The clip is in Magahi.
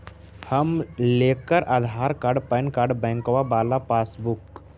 हम लेकर आधार कार्ड पैन कार्ड बैंकवा वाला पासबुक?